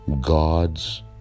God's